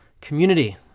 community